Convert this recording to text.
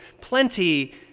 plenty